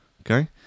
Okay